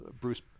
Bruce